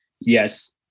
yes